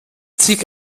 zig